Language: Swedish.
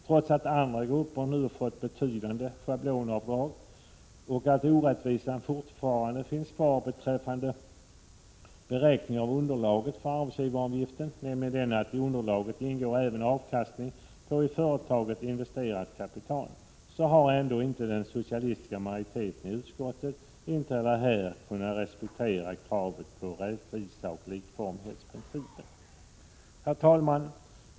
Trots att andra grupper nu får göra betydande schablonavdrag och trots att orättvisan fortfarande finns kvar beträffande underlaget för beräkning av arbetsgivaravgiften, nämligen den att i underlaget ingår även avkastning på i företaget investerat kapital, har den socialistiska majoriteten i utskottet inte heller här kunnat respektera kravet på rättvisa och likformighetsprincipen. Herr talman!